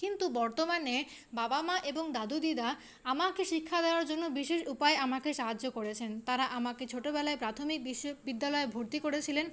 কিন্তু বর্তমানে বাবা মা এবং দাদু দিদা আমাকে শিক্ষা দেওয়ার জন্য বিশেষ উপায়ে আমাকে সাহায্য করেছেন তারা আমাকে ছোটবেলায় প্রাথমিক বিশ্ব বিদ্যালয়ে ভর্তি করেছিলেন